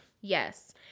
Yes